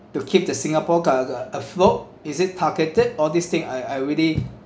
to keep the singapore go~ uh afloat is it targeted all this thing I I really